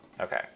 okay